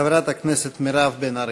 חברת הכנסת מירב בן ארי.